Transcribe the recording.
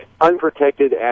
Unprotected